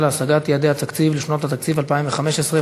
בצלאל, תוסיף אותי בבקשה.